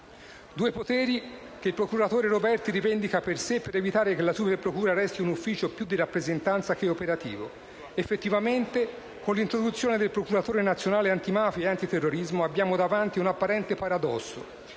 Due "poteri" che il procuratore Roberti rivendica per sé, per evitare che la Superprocura resti un ufficio più di rappresentanza che operativo. Effettivamente, con l'introduzione del procuratore nazionale antimafia e antiterrorismo abbiamo davanti un apparente paradosso: